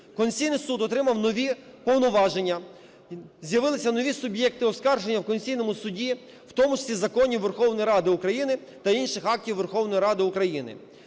Конституційний Суд отримав нові повноваження, з'явилися нові суб'єкти оскарження в Конституційному Суді, в тому числі законів Верховної Ради України та інших актів Верховної Ради України.